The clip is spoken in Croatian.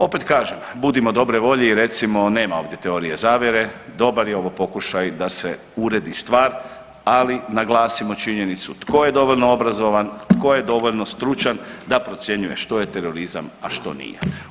Opet kažem, budimo dobre volje i recimo, nema ovdje teorije zavjere, dobar je ovo pokušaj da se uredi stvar, ali naglasimo činjenicu tko je dovoljno obrazovan tko je dovoljno stručan da procjenjuje što je terorizam, a što nije.